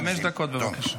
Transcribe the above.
חמש דקות, בבקשה.